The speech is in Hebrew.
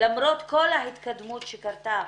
למרות כל ההתקדמות שקרתה